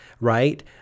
right